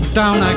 down